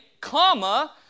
comma